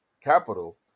capital